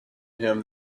him